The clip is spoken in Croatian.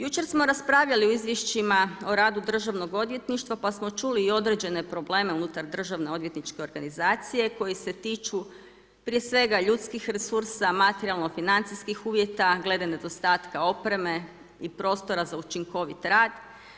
Jučer smo raspravljali u izvješćima o radu Državnog odvjetništva, pa smo čuli i određene probleme unutar Državne odvjetničke organizacije koji se tiču prije svega ljudskih resursa, materijalno-financijskih uvjeta glede nedostatka opreme i prostora za učinkovit rad.